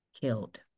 killed